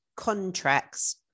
contracts